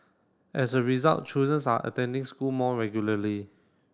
as a result children's are attending school more regularly